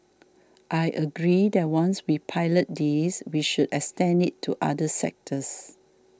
I agree that once we pilot this we should extend it to other sectors